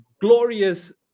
glorious